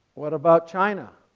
what about china?